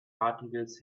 articles